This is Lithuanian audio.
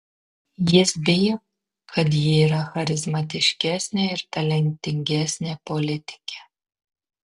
jis bijo kad ji yra charizmatiškesnė ir talentingesnė politikė